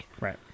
Right